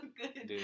good